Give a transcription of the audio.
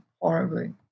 horribly